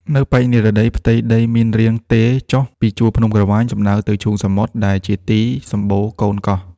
នៅប៉ែកនិរតី ផ្ទៃដីមានរាងទេរចុះពីជួរភ្នំក្រវាញសំដៅទៅឈូងសមុទ្រ ដែលជាទីសម្បូរកូនកោះ។